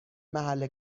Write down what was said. محل